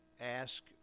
ask